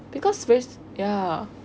because race ya